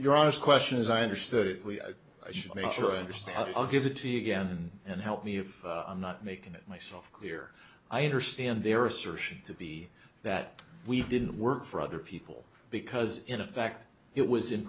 your honest question as i understood it we should make sure i understand i'll give it to you again and help me if i'm not making it myself clear i understand their assertion to be that we didn't work for other people because in effect it was i